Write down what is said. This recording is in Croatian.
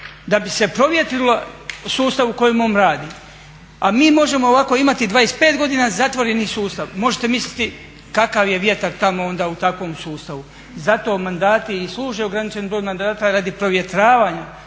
da bi se provjetrilo sustav u kojem on radi. A mi možemo ovako imati 25 godina zatvoreni sustav, možete misliti kakav je vjetar tamo onda u takvom sustavu. Zato mandati i služe ograničeni broj mandata radi provjetravanja